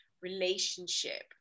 relationship